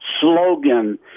slogan